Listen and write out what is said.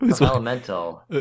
Elemental